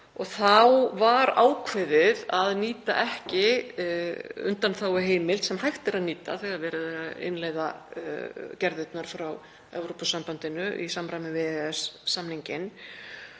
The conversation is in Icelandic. og þá var ákveðið að nýta ekki undanþáguheimild sem hægt er að nýta þegar verið er að innleiða gerðirnar frá Evrópusambandinu í samræmi við EES-samninginn.